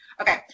okay